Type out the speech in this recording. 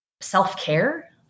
self-care